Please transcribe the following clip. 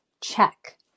Check